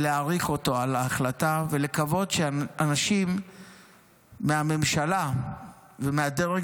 ולהעריך אותו על ההחלטה ולקוות שאנשים מהממשלה ומהדרג